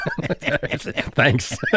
Thanks